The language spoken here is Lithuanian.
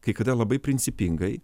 kai kada labai principingai